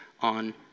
on